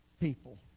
people